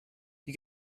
you